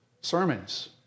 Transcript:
Sermons